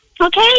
Okay